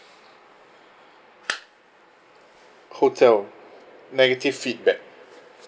hotel negative feedback